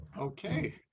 okay